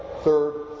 third